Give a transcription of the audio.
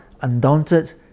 undaunted